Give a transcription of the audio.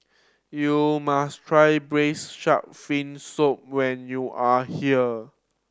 you must try Braised Shark Fin Soup when you are here